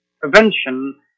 prevention